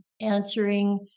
answering